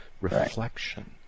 reflection